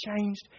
changed